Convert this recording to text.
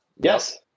Yes